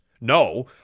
No